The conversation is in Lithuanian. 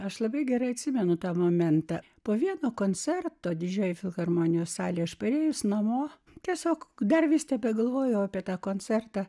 aš labai gerai atsimenu tą momentą po vieno koncerto didžiojoje filharmonijos salėje aš parėjus namo tiesiog dar vis tebegalvojau apie tą koncertą